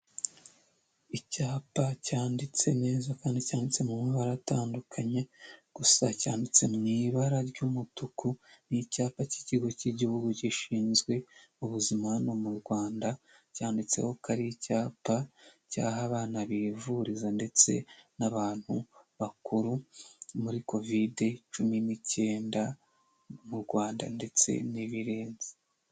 Icyapa cyanditse neza kandi cyanditse mu mabara atandukanye gusa cyanditse mu ibara ry'umutuku n'icyapa cy'ikigo cy'igihugu gishinzwe ubuzima no mu Rwanda cyanditseho ko ari icyapa cy'aho abana bivuriza ndetse n'abantu bakuru muri covide cumi n'icyenda mu Rwanda ndetse n'ibirenze.